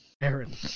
Aaron